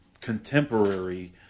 contemporary